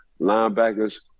linebackers